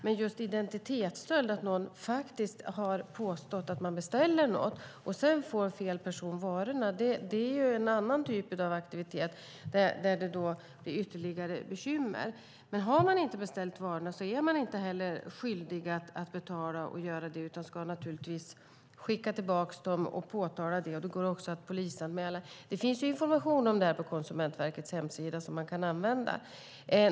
Men just identitetsstöld, att någon påstår att man beställer något och att sedan fel person får varorna, är en annan typ av aktivitet där det blir ytterligare bekymmer. Men har man inte beställt varorna är man inte heller skyldig att betala, utan man ska naturligtvis skicka tillbaka dem och påtala detta. Det går också att polisanmäla. Det finns information om det på Konsumentverkets hemsida som man kan använda.